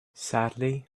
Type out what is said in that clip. sadly